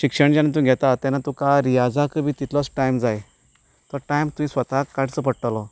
शिक्षण जेन्ना तूं घेता तेन्ना तुका रियाजाकय बी तितलोच टायम जाय तो टायम तुवें स्वता काडचो पडटलो